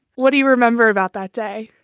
what do you remember about that day?